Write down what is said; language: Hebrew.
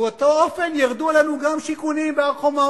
ובאותו אופן ירדו עלינו גם שיכונים בהר-חומה,